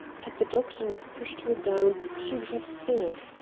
had the doctor not pushed her down she would have stood.